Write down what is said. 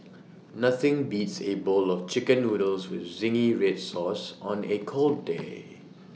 nothing beats A bowl of Chicken Noodles with Zingy Red Sauce on A cold day